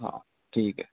ہاں ٹھیک ہے